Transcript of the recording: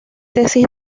tesis